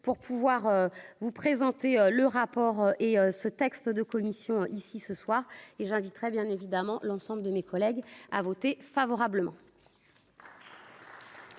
pour pouvoir vous présenter le rapport et ce texte de commission ici ce soir et j'inviterais bien évidemment l'ensemble de mes collègues à voter favorablement.